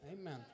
Amen